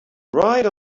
right